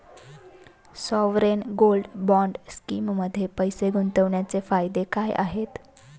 Sovereign gold bond स्कीममध्ये पैसे गुंतवण्याचे फायदे काय आहेत?